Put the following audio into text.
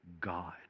God